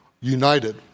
united